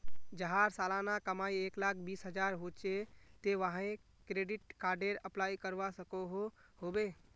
जहार सालाना कमाई एक लाख बीस हजार होचे ते वाहें क्रेडिट कार्डेर अप्लाई करवा सकोहो होबे?